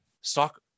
stock